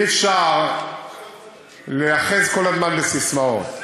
אי-אפשר להיאחז כל הזמן בססמאות.